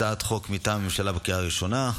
הצעת חוק מטעם הממשלה בקריאה ראשונה,